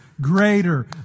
greater